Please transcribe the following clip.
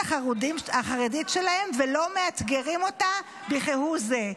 החרדית שלהם ולא מאתגרים אותה בכהוא זה.